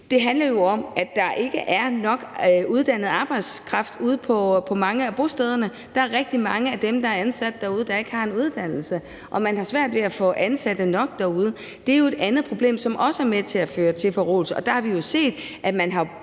Det handler jo om, at der ikke er nok uddannet arbejdskraft ude på mange af bostederne. Der er rigtig mange af dem, der er ansat derude, der ikke har en uddannelse. Og man har svært ved at få ansat nok derude. Det er jo et andet problem, som også er med til at føre til forråelse, og det har vi jo set – der er